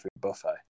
buffet